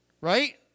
right